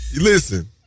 listen